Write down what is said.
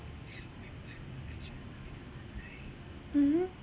mmhmm